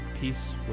peace